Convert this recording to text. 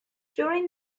during